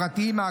החברתיים,